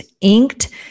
Inked